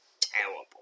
terrible